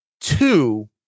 two